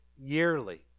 yearly